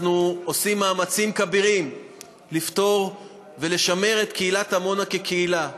אנחנו עושים מאמצים כבירים לפתור ולשמר את קהילת עמונה כקהילה,